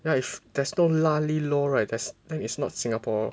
ya if there's no lah leh lor right there's then is not Singapore